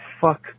fuck